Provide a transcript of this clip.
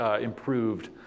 improved